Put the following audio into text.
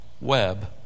web